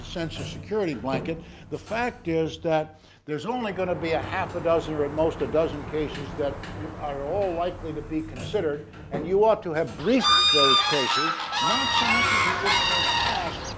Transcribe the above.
sense of security blanket the fact is that there's only going to be a half a dozen or at most a dozen cases that are all likely to be considered and you ought to have briefed those cases not so much as you would for a class,